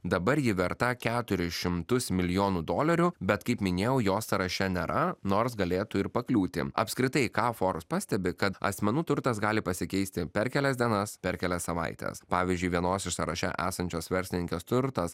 dabar ji verta keturis šimtus milijonų dolerių bet kaip minėjau jos sąraše nėra nors galėtų ir pakliūti apskritai ką forbs pastebi kad asmenų turtas gali pasikeisti per kelias dienas per kelias savaites pavyzdžiui vienos iš sąraše esančios verslininkės turtas